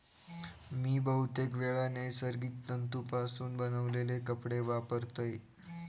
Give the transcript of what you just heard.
मी बहुतेकवेळा नैसर्गिक तंतुपासून बनवलेले कपडे वापरतय